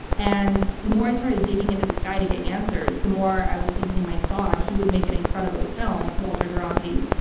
and the more i started digging into this guy to get answers, the more i was thinking, my god, he would make an incredible film. walter duranty.